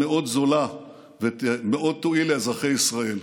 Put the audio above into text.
מאוד זולה ומאוד תועיל לאזרחי ישראל,